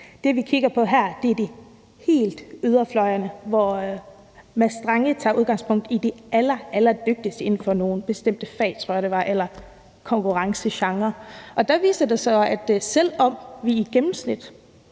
Det, vi kigger på her, er yderfløjene, hvor Mads Strange tager udgangspunkt i de allerallerdygtigste inden for nogle bestemte fag, tror jeg det var, eller nogle konkurrencegenrer. Og der viser det sig, at selv om vi i gennemsnit